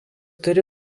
turi